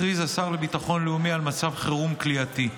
הכריז השר לביטחון לאומי על מצב חירום כליאתי.